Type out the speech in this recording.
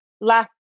last